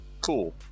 cool